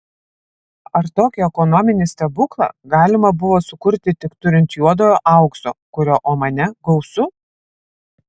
ar tokį ekonominį stebuklą galima buvo sukurti tik turint juodojo aukso kurio omane gausu